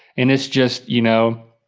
and it's just, you know